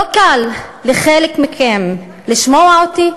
לא קל לחלק מכם לשמוע אותי,